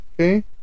okay